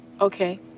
Okay